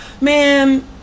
man